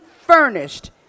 furnished